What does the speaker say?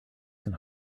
can